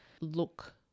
look